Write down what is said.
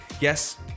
Yes